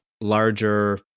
larger